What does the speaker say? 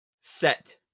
Set